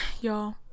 Y'all